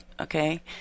okay